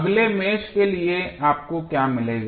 अगले मेष के लिए आपको क्या मिलेगा